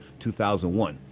2001